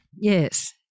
Yes